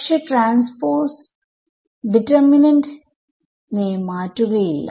പക്ഷെ transpose determinant നെ മാറ്റുകയില്ല